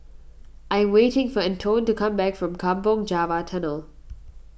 I am waiting for Antone to come back from Kampong Java Tunnel